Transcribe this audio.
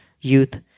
youth